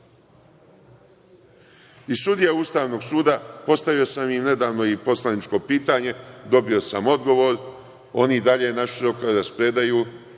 I sudije Ustavnog suda, postavio sam im nedavno i poslaničko pitanje, dobio sam odgovor, oni i dalje raspredaju